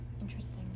interesting